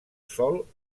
sol